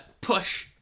push